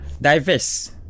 diverse